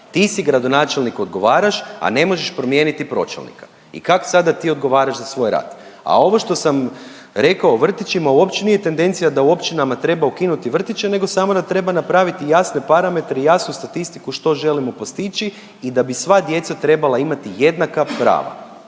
Ti si gradonačelnik, odgovaraš, a ne možeš promijeniti pročelnika i kak sada da odgovaraš za svoj rad. A ovo što sam rekao o vrtićima uopće nije tendencija da u općinama treba ukinuti vrtiće nego samo da treba napraviti jasne parametre i jasnu statistiku što želimo postići i da bi sva djeca trebala imati jednaka prava.